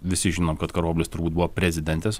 visi žino kad karoblis turbūt buvo prezidentės